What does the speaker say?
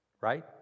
right